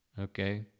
okay